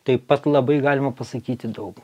taip pat labai galima pasakyti daug